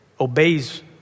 Obeys